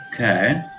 Okay